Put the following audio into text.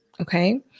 Okay